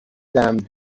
them